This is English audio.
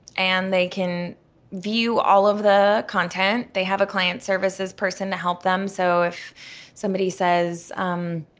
and they can view all of the content. they have a client services person to help them, so if somebody says, um,